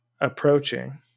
approaching